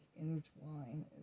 intertwine